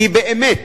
כי באמת